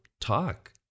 talk